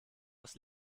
aus